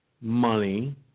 money